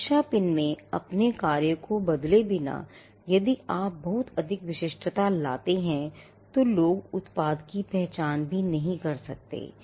सुरक्षा पिन में अपने कार्य को बदले बिना यदि आप बहुत अधिक विशिष्टता लाते हैं तो लोग उत्पाद की पहचान भी नहीं कर सकते हैं